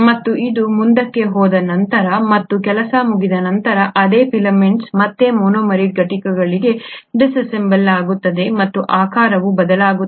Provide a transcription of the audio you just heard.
ಮತ್ತು ಅದು ಮುಂದಕ್ಕೆ ಹೋದ ನಂತರ ಮತ್ತು ಕೆಲಸ ಮುಗಿದ ನಂತರ ಅದೇ ಫಿಲಾಮೆಂಟ್ಸ್ ಮತ್ತೆ ಮೊನೊಮೆರಿಕ್ ಘಟಕಗಳಿಗೆ ಡಿಸ್ಅಸೆಂಬಲ್ ಆಗುತ್ತದೆ ಮತ್ತು ಆಕಾರವು ಬದಲಾಗುತ್ತದೆ